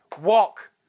walk